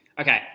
Okay